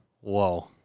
Whoa